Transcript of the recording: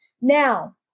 Now